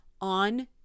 on